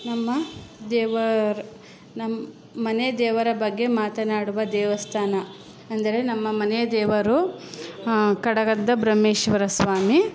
ನಮ್ಮ ದೇವರ ನಮ್ಮ ಮನೆ ದೇವರ ಬಗ್ಗೆ ಮಾತನಾಡುವ ದೇವಸ್ಥಾನ ಅಂದರೆ ನಮ್ಮ ಮನೆಯ ದೇವರು ಕಡಗದ್ದ ಬ್ರಹ್ಮೇಶ್ವರ ಸ್ವಾಮಿ